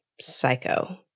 psycho